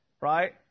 right